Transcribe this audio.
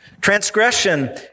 Transgression